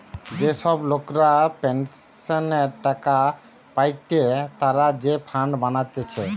যে সব লোকরা পেনসনের টাকা পায়েটে তারা যে ফান্ড বানাতিছে